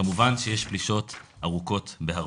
כמובן שיש פלישות ארוכות בהרבה.